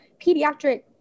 pediatric